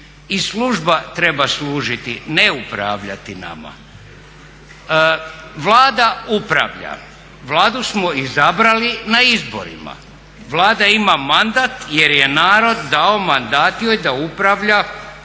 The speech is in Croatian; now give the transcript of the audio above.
i služba treba služiti, ne upravljati nama. Vlada upravlja, Vladu smo izabrali na izborima. Vlada ima mandat jer je narod dao mandat joj da upravlja